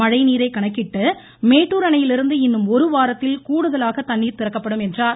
மழைநீரை கணக்கிட்டு மேட்டுர் அணையிலிருந்து இன்னும் ஒரு வாரத்தில் கூடுதலாக தண்ணீர் திறக்கப்படும் என்றார்